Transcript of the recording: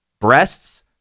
breasts